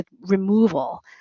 removal